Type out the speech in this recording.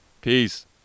peace